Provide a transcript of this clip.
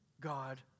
God